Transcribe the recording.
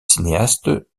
cinéaste